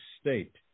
state